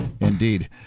Indeed